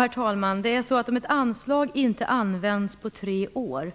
Herr talman! Om ett anslag inte används på tre år